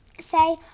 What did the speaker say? say